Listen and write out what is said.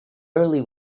early